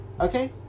Okay